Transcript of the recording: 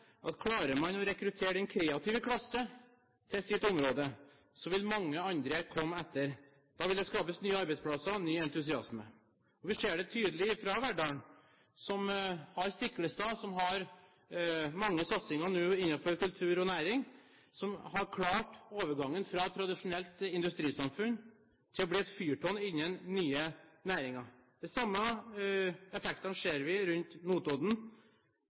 at klarer man å rekruttere den kreative klasse til sitt område, vil mange andre komme etter. Da vil det skapes nye arbeidsplasser og ny entusiasme. Vi ser det tydelig i Verdalen, der man har Stiklestad og mange satsinger innen kultur og næring, at man har klart overgangen fra et tradisjonelt industrisamfunn til å bli et fyrtårn innen nye næringer. De samme effektene ser vi rundt Notodden.